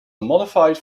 modified